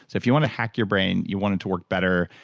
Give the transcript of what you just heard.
if you want to hack your brain, you want it to work better,